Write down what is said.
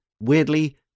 weirdly